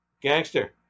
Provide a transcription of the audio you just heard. Gangster